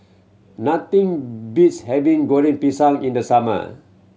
nothing beats having Goreng Pisang in the summer